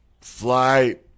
fly